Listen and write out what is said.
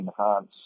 enhance